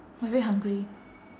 !wah! I very hungry